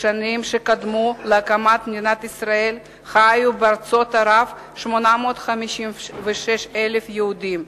בשנים שקדמו להקמת מדינת ישראל חיו בארצות ערב כ-856,000 יהודים.